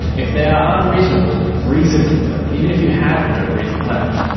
if they are unreasonable, reason with them, even if you have no reason left.